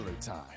Time